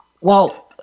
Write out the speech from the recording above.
Well-